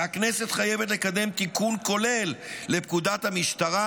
שהכנסת חייבת לקדם תיקון כולל לפקודת המשטרה